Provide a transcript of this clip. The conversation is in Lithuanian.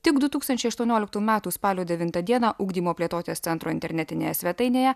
tik du tūkstančiai aštuonioliktų metų spalio devintą dieną ugdymo plėtotės centro internetinėje svetainėje